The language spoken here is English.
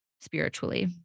spiritually